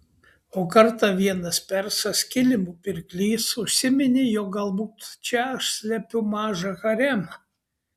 o kartą vienas persas kilimų pirklys užsiminė jog galbūt čia aš slepiu mažą haremą